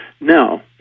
Now